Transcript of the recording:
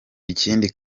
ikindi